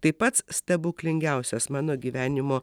tai pats stebuklingiausias mano gyvenimo